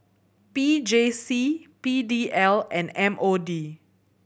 P J C P D L and M O D